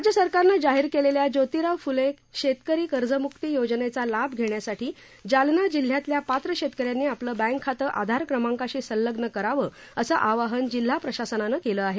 राज्य सरकारनं जाहीर केलेल्या जोतिराव फ्ले शेतकरी कर्जम्क्ती योजनेचा लाभ घेण्यासाठी जालना जिल्ह्यातल्या पात्र शेतकऱ्यांनी आपलं बँक खातं आधार क्रमांकाशी संलग्न करावं असं आवाहन जिल्हा प्रशासनानं केलं आहे